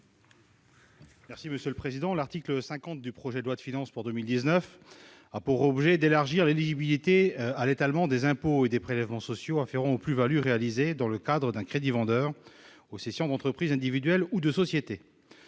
n° II-940 rectifié. L'article 50 du projet de loi de finances pour 2019 a pour objet d'élargir l'éligibilité à l'étalement des impôts et des prélèvements sociaux afférents aux plus-values réalisées dans le cadre d'un crédit vendeur aux cessions d'entreprises individuelles ou de sociétés.